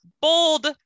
bold